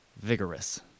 vigorous